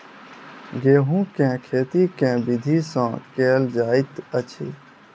गेंहूँ केँ खेती केँ विधि सँ केल जाइत अछि?